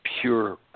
pure